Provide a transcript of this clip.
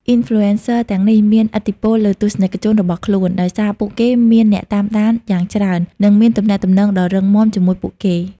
Influencers ទាំងនេះមានឥទ្ធិពលលើទស្សនិកជនរបស់ខ្លួន ដោយសារពួកគេមានអ្នកតាមដានយ៉ាងច្រើន និងមានទំនាក់ទំនងដ៏រឹងមាំជាមួយពួកគេ។